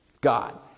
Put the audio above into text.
God